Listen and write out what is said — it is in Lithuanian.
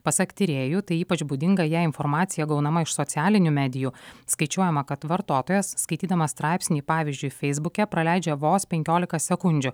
pasak tyrėjų tai ypač būdinga jei informacija gaunama iš socialinių medijų skaičiuojama kad vartotojas skaitydamas straipsnį pavyzdžiui feisbuke praleidžia vos penkiolika sekundžių